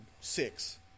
six